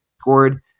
scored